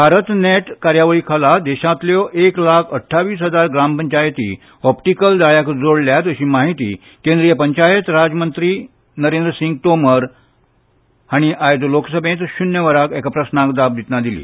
Bharat Net कार्यावळी खाला देशांतल्यो एक लाख अठ्ठावीस हजार ग्रामपंचायती ऑप्टिकल जाळ्याक जोडल्यात अशी माहिती केंद्रीय पंचायत राज मंत्री नरेंद्र सिंग तोमर हांणी आयज लोकसभेंत शुन्य वराक एका प्रस्नाक जाप दितना दिली